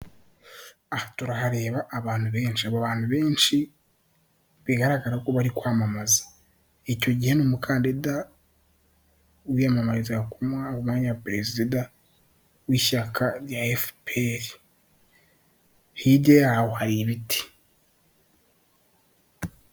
Aha turahareba abantu benshi aba bantu benshi bigaragara ko bari kwamamaza, icyo gihe ni umukandida wiyamamariza ku umwanya wa perezida w'ishyaka rya efuperi, hirya yaho hari ibiti.